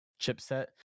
chipset